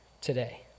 today